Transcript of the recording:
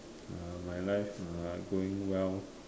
uh my life ah going well